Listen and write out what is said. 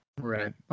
Right